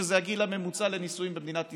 שזה הגיל הממוצע לנישואים במדינת ישראל,